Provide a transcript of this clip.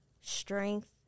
strength